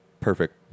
perfect